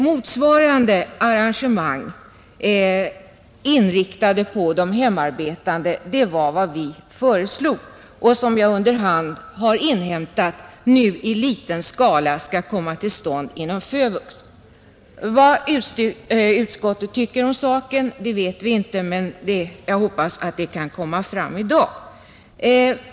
Motsvarande arrangemang inriktade på de hemarbetande var vad vi föreslog, och jag har under hand inhämtat att en sådan verksamhet i liten skala skall komma till stånd inom FÖVUX. Vad utskottet tycker om saken vet vi inte, men jag hoppas att det kan komma fram i dag.